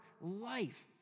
life